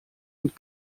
und